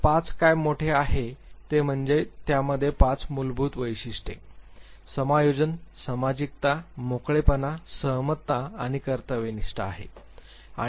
तर 5 काय मोठे आहे ते म्हणजे त्यामध्ये 5 मूलभूत वैशिष्ट्ये समायोजन सामाजिकता मोकळेपणा सहमतपणा आणि कर्तव्यनिष्ठा आहे